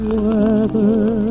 weather